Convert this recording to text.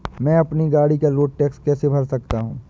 मैं अपनी गाड़ी का रोड टैक्स कैसे भर सकता हूँ?